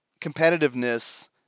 competitiveness